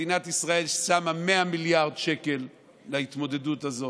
מדינת ישראל שמה 100 מיליארד שקל להתמודדות הזאת,